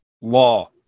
law